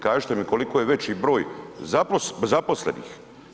Kažite mi koliko je veći broj zaposlenih.